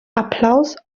applaus